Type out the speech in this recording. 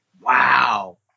Wow